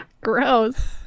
Gross